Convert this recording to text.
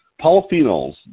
polyphenols